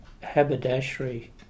haberdashery